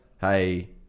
hey